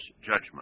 judgment